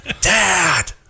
Dad